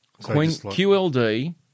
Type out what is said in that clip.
QLD